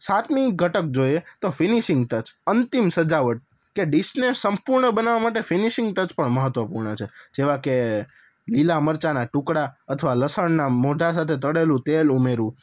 સાતમી ઘટક જોઈએ તો ફિનિશિંગ ટચ અંતિમ સજાવટ કે ડીશને સંપૂર્ણ બનાવવા માટે ફિનિશિંગ ટચ પણ મહત્વપૂર્ણ છે જેવા કે લીલા મરચાના ટુકડા અથવા લસણના મોઢા સાથે તળેલું તેલ ઉમેરવું